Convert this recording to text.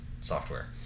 software